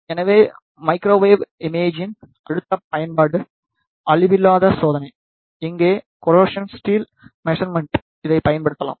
எனவே மைக்ரோவேவ் இமேஜிங்கின் அடுத்த பயன்பாடு அழிவில்லாத சோதனை இங்கே கரோசன் ஸ்டிளை மெஷர்மென்ட்க்கு இதைப் பயன்படுத்தலாம்